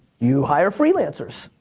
you hire freelancers,